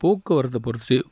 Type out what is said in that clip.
போக்குவரத்தை பொறுத்து